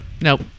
nope